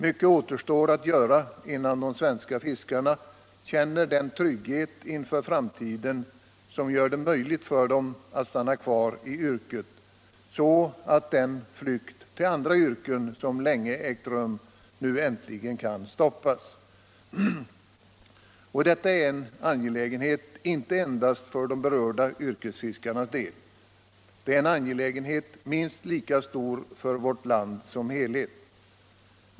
Mycket återstår att göra innan de svenska fiskarna känner den trygghet inför framtiden som gör det möjligt för dem att stanna kvar i yrket så att den flykt till andra yrken som länge har ägt rum äntligen kan stoppas. Och detta är en angelägenhet inte endast för de berörda yrkesfiskarna utan för vårt land som helhet.